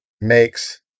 makes